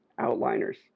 outliners